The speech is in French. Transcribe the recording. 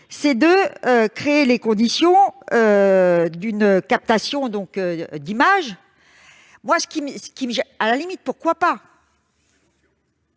c'est de créer les conditions d'une captation d'images dans ces lieux. Pourquoi pas ?